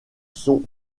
sont